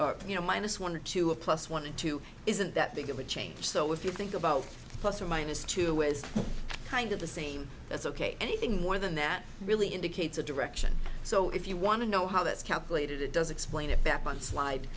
or you know minus one or two a plus one and two isn't that big of a change so if you think about plus or minus two with kind of the same that's ok anything more than that really indicates a direction so if you want to know how that's calculated it does explain it back on slide